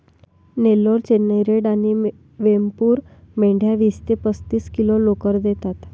Nellore, Chennai red आणि वेमपूर मेंढ्या वीस ते पस्तीस किलो लोकर देतात